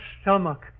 stomach